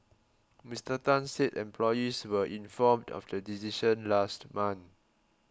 Mister Tan said employees were informed of the decision last month